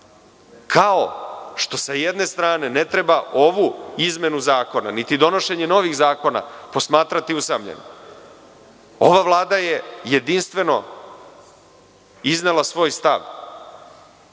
kao što, sa jedne strane, ne treba ovu izmenu zakona, niti donošenja novih zakona posmatrati usamljeno. Ova Vlada je jedinstveno iznela svoj stav